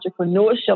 entrepreneurship